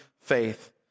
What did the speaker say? faith